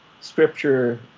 scripture